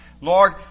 Lord